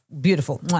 Beautiful